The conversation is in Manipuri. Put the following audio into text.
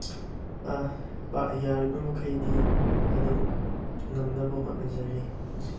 ꯌꯥꯔꯤꯕꯃꯈꯩꯗꯤ ꯑꯗꯨꯝ ꯉꯝꯅꯕ ꯍꯣꯠꯅꯖꯔꯤ